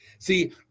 See